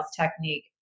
technique